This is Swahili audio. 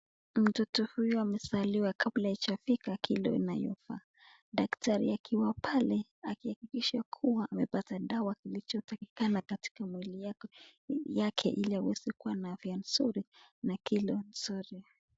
Mtoto huyu amaezaliwa kabla haijafika kilo anayofaa, daktari akiwa pale akihakikisha kuwa amepata inacho takikana katika mwili yake, ili aweze kuwa na afya nzuri na kilo nzuri.